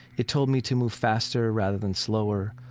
it told me to move faster rather than slower,